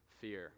fear